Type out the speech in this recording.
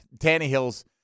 Tannehill's